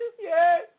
yes